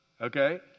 okay